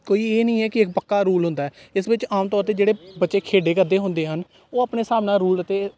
ਕੋਈ ਇਹ ਨਹੀਂ ਹੈ ਕਿ ਇੱਕ ਪੱਕਾ ਰੂਲ ਹੁੰਦਾ ਹੈ ਇਸ ਵਿੱਚ ਆਮ ਤੌਰ 'ਤੇ ਜਿਹੜੇ ਬੱਚੇ ਖੇਡੇ ਕਰਦੇ ਹੁੰਦੇ ਹਨ ਉਹ ਆਪਣੇ ਹਿਸਾਬ ਨਾਲ ਰੂਲ ਅਤੇ